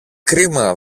κρίμα